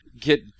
get